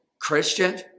Christian